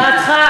להערתך,